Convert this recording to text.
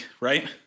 right